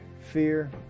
fear